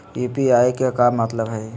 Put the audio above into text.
UPI के का मतलब हई?